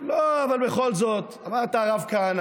לא, אבל בכל זאת, אמרת "הרב כהנא".